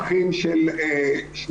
לנו לעשות'.